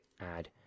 add